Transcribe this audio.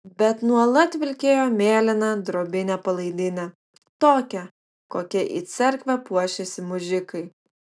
bet nuolat vilkėjo mėlyną drobinę palaidinę tokią kokia į cerkvę puošiasi mužikai